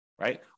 right